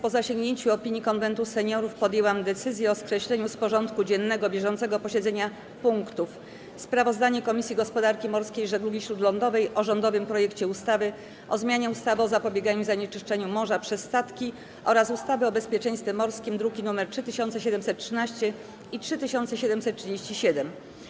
Po zasięgnięciu opinii Konwentu Seniorów podjęłam decyzję o skreśleniu z porządku dziennego bieżącego posiedzenia punktów: - Sprawozdanie Komisji Gospodarki Morskiej i Żeglugi Śródlądowej o rządowym projekcie ustawy o zmianie ustawy o zapobieganiu zanieczyszczaniu morza przez statki oraz ustawy o bezpieczeństwie morskim, druki nr 3713 i 3737,